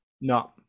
No